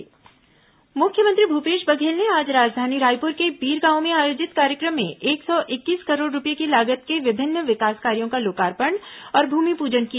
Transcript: मुख्यमंत्री लोकार्पण मुख्यमंत्री भूपेश बघेल ने आज राजधानी रायपुर के बिरगांव में आयोजित कार्यक्रम में एक सौ इक्कीस करोड़ रूपये की लागत के विभिन्न विकास कार्यों का लोकार्पण और भूमिपूजन किया